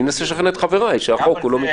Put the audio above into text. אני מנסה לשכנע את חבריי שהחוק הוא לא מידתי.